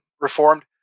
reformed